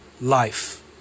life